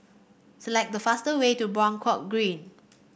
select the fastest way to Buangkok Green